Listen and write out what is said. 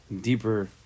deeper